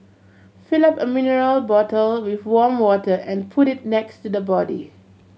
fill up a mineral bottle with warm water and put it next to the body